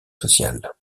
sociales